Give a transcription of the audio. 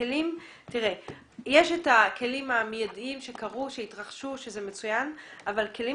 יש את הכלים המיידיים שהתרחשו שזה מצוין אבל כלים